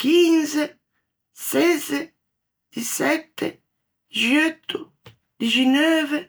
chinze, sezze, dïsette, dixeutto, dixineuve.